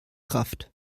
kraft